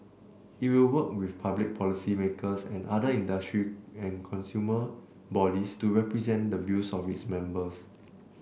it will work with public policymakers and other industry and consumer bodies to represent the views of its members